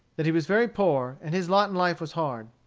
that he was very poor, and his lot in life was hard.